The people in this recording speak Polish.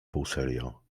półserio